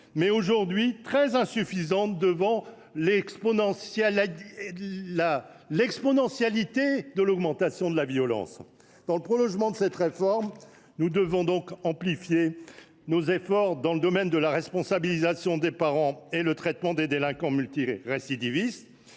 mais aujourd’hui très insuffisante face à l’augmentation exponentielle de la violence. Dans le prolongement de cette réforme, nous devons donc amplifier nos efforts dans les domaines de la responsabilisation des parents et du traitement des délinquants multirécidivistes.